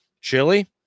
Chili